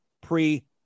pre